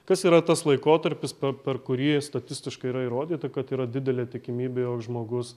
kas yra tas laikotarpis per kurį statistiškai yra įrodyta kad yra didelė tikimybė jog žmogus